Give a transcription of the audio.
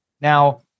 Now